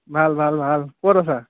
ভাল ভাল ভাল ক'ত আছা